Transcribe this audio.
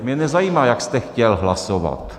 Mě nezajímá, jak jste chtěl hlasovat.